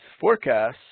forecasts